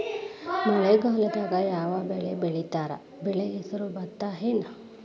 ಮಳೆಗಾಲದಾಗ್ ಯಾವ್ ಬೆಳಿ ಬೆಳಿತಾರ, ಬೆಳಿ ಹೆಸರು ಭತ್ತ ಏನ್?